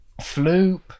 Floop